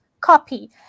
copy